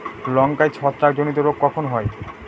লঙ্কায় ছত্রাক জনিত রোগ কখন হয়?